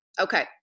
Okay